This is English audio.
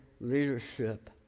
leadership